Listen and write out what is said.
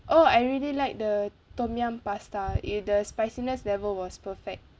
oh I really like the tom yum pasta it the spiciness level was perfect